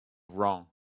wrong